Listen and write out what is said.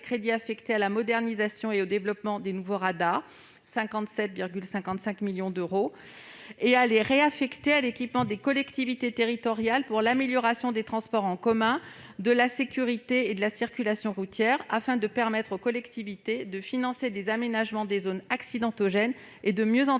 crédits affectés à la modernisation et au développement de nouveaux radars de 57,55 millions d'euros et à les réaffecter à l'équipement des collectivités territoriales pour l'amélioration des transports en commun, de la sécurité et de la circulation routières, afin de permettre aux collectivités de financer l'aménagement des zones accidentogènes et de mieux entretenir